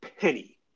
penny